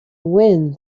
wind